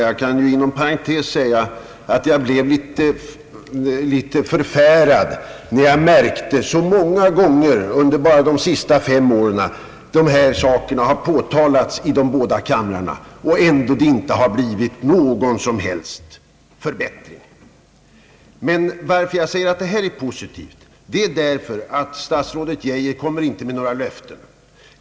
Jag kan inom parentes säga att jag blev förfärad när jag märkte hur många gånger bara under dessa fem åren som detta missförhållande har påtalats i båda kamrarna, utan att det har blivit någon som helst förbättring. Svaret i dag är som sagt positivt därför att statsrådet Geijer inte ger några löften.